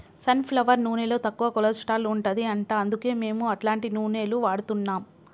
sun flower నూనెలో తక్కువ cholesterol ఉంటది అంట అందుకే మేము అట్లాంటి నూనెలు వాడుతున్నాం